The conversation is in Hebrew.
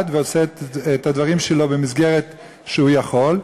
ועושה את הדברים שלו במסגרת שהוא יכול,